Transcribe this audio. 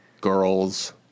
girls